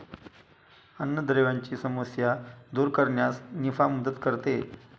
अन्नद्रव्यांची समस्या दूर करण्यास निफा मदत करते